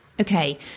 okay